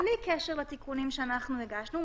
בלי קשר לתיקונים שאנחנו הגשנו,